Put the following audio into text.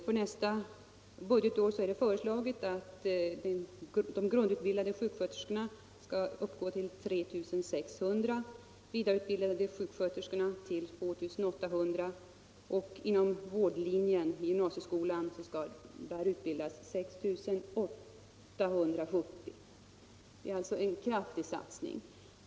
För nästa budgetår är det föreslaget att antalet antagningsplatser för grundutbildade sjuksköterskor skall uppgå till 3 600, för vidareutbildade sjuksköterskor till 2 800 och inom vårdlinjen i gymnasieskolan till 6 870. Det är alltså en kraftig satsning.